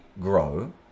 grow